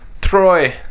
Troy